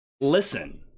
listen